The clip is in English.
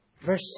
verse